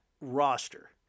roster